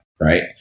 right